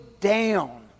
down